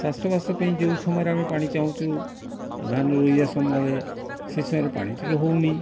ଚାଷବାସ ପାଇଁ ଯେଉଁ ସମୟରେ ଆମେ ପାଣି ଚାହୁଁଛୁ ଧାନ ରୋଇବା ସମୟରେ ସେ ସମୟରେ ପାଣି ଟିକେ ହେଉନି